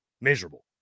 Miserable